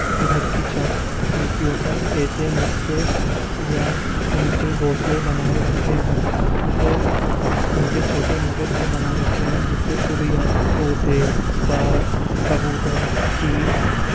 گھر کی چھت کھڑکیوں پر ایسے مٹکے یا ان کے گھونسلے بنائے رکھے ہیں جسے ان کے چھوٹے موٹے گھر بنائے رکھے ہیں جس سے چڑیا طوطے باز کبوتر چیل